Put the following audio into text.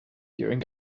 during